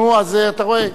נו, אז אתה רואה?